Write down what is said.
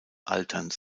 alterns